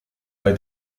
bei